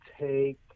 take